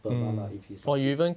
per month ah if he succeeds